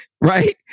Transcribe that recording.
right